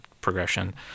progression